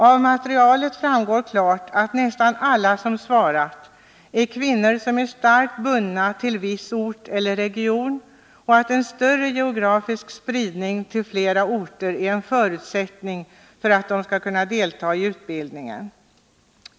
Av materialet framgår klart, att nästan alla som svarat är kvinnor som är starkt bundna till viss ort eller region och att en större geografisk spridning till flera orter är en förutsättning för att de skall kunna delta i utbildningen.